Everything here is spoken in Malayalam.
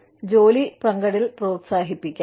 നിങ്ങൾക്ക് ജോലി പങ്കിടൽ പ്രോത്സാഹിപ്പിക്കാം